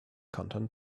content